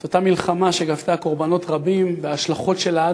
את אותה מלחמה שגבתה קורבנות רבים וההשלכות שלה,